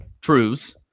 truths